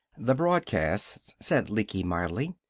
the broadcasts, said lecky mildly,